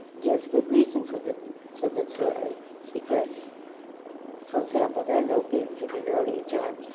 there's good reason for the for the delay, because for example, there are no bids at an earlier time,